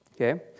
Okay